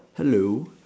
hello